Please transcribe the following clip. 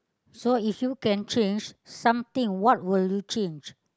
so if you can change something what will you change